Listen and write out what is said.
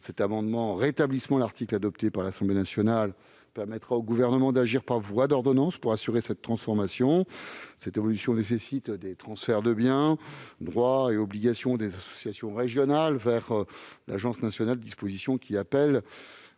cet amendement, en rétablissant l'article adopté par l'Assemblée nationale, permettra au Gouvernement d'agir par voie d'ordonnance pour assurer cette transformation. Cette évolution nécessite des transferts de biens, droits et obligations des associations régionales vers l'agence nationale. Ces dispositions appellent